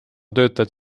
töötajad